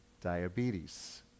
Diabetes